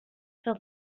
till